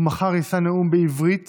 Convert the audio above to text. ומחר יישא נאום בעברית